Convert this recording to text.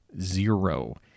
Zero